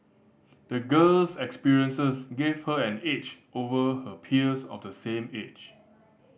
the girl's experiences gave her an edge over her peers of the same age